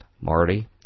Marty